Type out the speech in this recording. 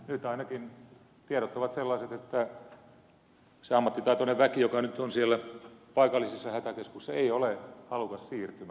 nyt ainakin tiedot ovat sellaiset että se ammattitaitoinen väki joka nyt on siellä paikallisissa hätäkeskuksissa ei ole halukas siirtymään